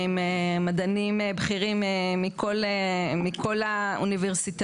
עם מדענים בכירים מכל האוניברסיטאות,